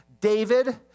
David